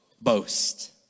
boast